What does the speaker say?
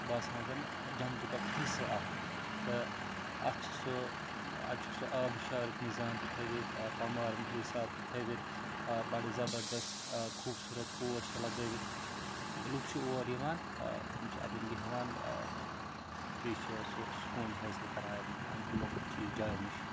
باسان زَن جنتُک اَکھ حِصہٕ اَکھ تہٕ اَتھ چھِ سُہ اَت چھُ سُہ آبشارُک نِظام تہِ تھٲوِتھ فَموارَن حِساب تہِ تھٲوِتھ بَڑٕ زَبردَس خوٗبصوٗرت پوش تہِ لگٲوِتھ لُکھ چھِ اور یِوان یِمِم چھِ اَتٮ۪ن بیٚہوان بیٚیہِ چھِ سُہ سکوٗن حٲصِل کَران اَمہِ یِمو چیٖز جایو نِش